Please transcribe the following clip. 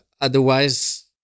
Otherwise